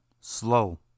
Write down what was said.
slow